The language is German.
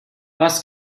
was